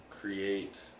create